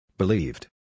believed